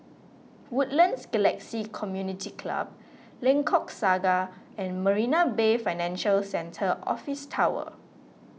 Woodlands Galaxy Community Club Lengkok Saga and Marina Bay Financial Centre Office Tower